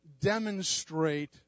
demonstrate